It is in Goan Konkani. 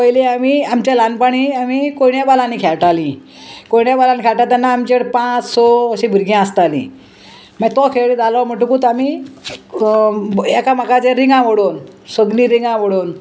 पयलीं आमी आमच्या ल्हानपाणी आमी कोंड्या बालांनी खेयटालीं कोंड्या बालांनी खेळटा तेन्ना आमचेर पांच स अशीं भुरगीं आसतालीं मागीर तो खेळ जालो म्हणटकूच आमी एकामेकाचेर रिंगां उडोवन सगलीं रिंगां उडोवन